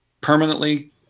permanently